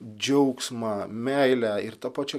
džiaugsmą meilę ir ta pačią